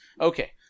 Okay